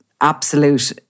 absolute